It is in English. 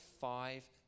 five